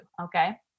okay